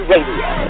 Radio